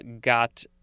got